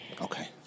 Okay